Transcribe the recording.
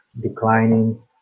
declining